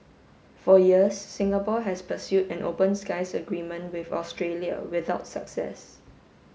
for years Singapore has pursued an open skies agreement with Australia without success